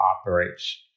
operates